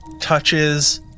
touches